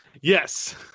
Yes